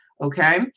Okay